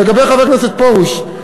לגבי חבר הכנסת פרוש,